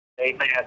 Amen